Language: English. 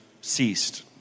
ceased